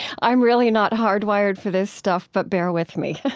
i'm really not hard-wired for this stuff, but bear with me.